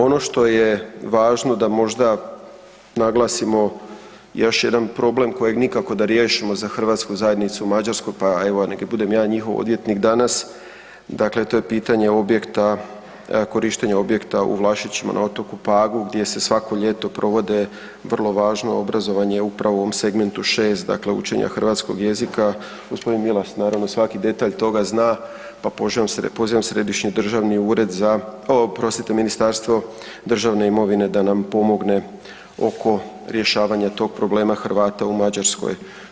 Ono što je važno da možda naglasimo još jedan problem kojeg nikako da riješimo za hrvatsku zajednicu u Mađarskoj pa evo, nek bude ja njihov odvjetnik danas, dakle to je pitanje objekta, korištenja objekta Vlašićima na otoku Pagu gdje se svako ljeto provode vrlo važno obrazovanje upravo 6 dakle učenja hrvatskog jezika, g. Milas naravno svaki detalj toga zna pa pozivam Središnji državni ured, o, oprostite Ministarstvo državne imovine da na pomogne oko rješavanja tog problema Hrvata u Mađarskoj.